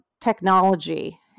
technology